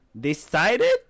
Decided